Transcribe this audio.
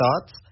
Thoughts